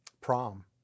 prom